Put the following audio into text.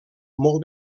molt